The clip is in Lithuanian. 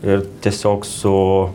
ir tiesiog su